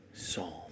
Psalm